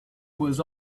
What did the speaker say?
was